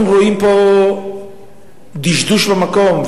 אנחנו רואים פה דשדוש במקום,